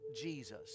Jesus